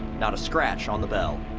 not a scratch on the belle.